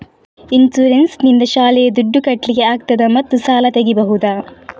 Insurance ನಿಂದ ಶಾಲೆಯ ದುಡ್ದು ಕಟ್ಲಿಕ್ಕೆ ಆಗ್ತದಾ ಮತ್ತು ಸಾಲ ತೆಗಿಬಹುದಾ?